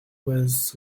with